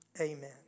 Amen